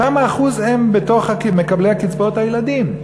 כמה אחוזים הם בתוך מקבלי קצבאות הילדים.